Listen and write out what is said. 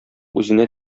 үзенә